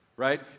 Right